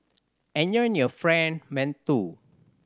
enjoy your Fried Mantou